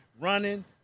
running